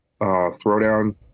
throwdown